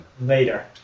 later